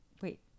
Wait